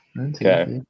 Okay